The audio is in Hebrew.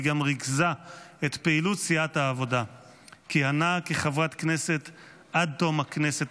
היא גם ריכזה את פעילות סיעת העבודה וכיהנה כחברת כנסת עד תום הכנסת